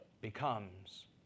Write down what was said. becomes